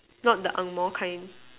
not the Angmoh kind